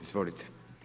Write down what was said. Izvolite.